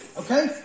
Okay